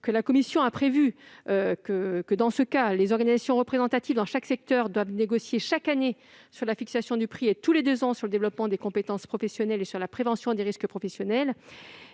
que la commission a prévu que, dans ce cas, les organisations représentatives dans chaque secteur doivent négocier tous les ans sur la fixation du prix, et tous les deux ans sur le développement des compétences professionnelles et sur la prévention des risques professionnels.